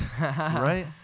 right